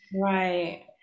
Right